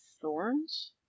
thorns